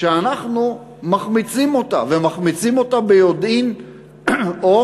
שאנחנו מחמיצים אותה, ומחמיצים אותה ביודעין או